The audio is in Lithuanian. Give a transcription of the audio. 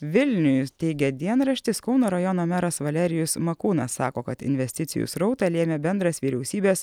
vilniui teigia dienraštis kauno rajono meras valerijus makūnas sako kad investicijų srautą lėmė bendras vyriausybės